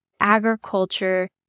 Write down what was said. agriculture